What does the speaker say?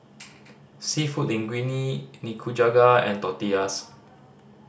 Seafood Linguine Nikujaga and Tortillas